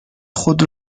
خود